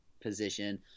position